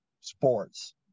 sports